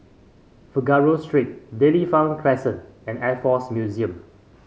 Figaro Street Dairy Farm Crescent and Air Force Museum